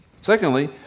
Secondly